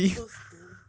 first term